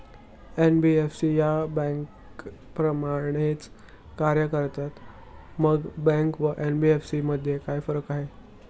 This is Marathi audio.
एन.बी.एफ.सी या बँकांप्रमाणेच कार्य करतात, मग बँका व एन.बी.एफ.सी मध्ये काय फरक आहे?